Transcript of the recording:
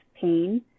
pain